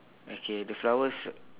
okay the flowers